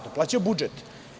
To plaća budžet.